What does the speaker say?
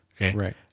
Right